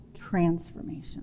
transformation